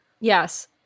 Yes